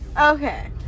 Okay